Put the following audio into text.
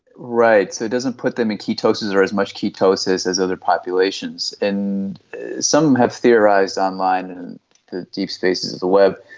right, so doesn't put them in ketosis or as much ketosis as other populations. and some have theorised online, in the deep spaces of the web,